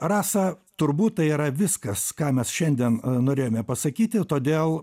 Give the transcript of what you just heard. rasa turbūt tai yra viskas ką mes šiandien norėjome pasakyti todėl